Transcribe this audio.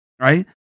right